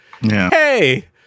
hey